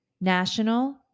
National